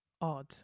odd